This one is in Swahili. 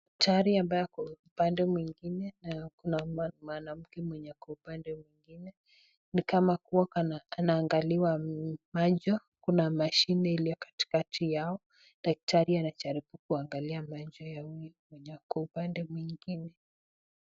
Daktari ambaye ako upande mwingine na kuna mwanamke ako upande mwingine, ni kama kuwa anaangaliwa macho na mashine iliyo katikati yao. Daktari anajaribu kuangalia macho ya huyu mwenye ako upande mwingine